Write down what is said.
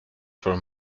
for